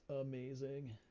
amazing